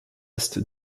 est